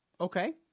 okay